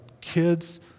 kids